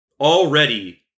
already